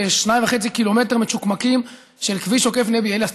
2.5 ק"מ מצ'וקמקים של כביש עוקף נבי אליאס.